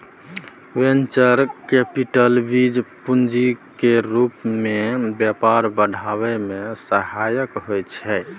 venture capital बीज पूंजी केर रूप मे व्यापार बढ़ाबै मे सहायक होइ छै